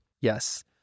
Yes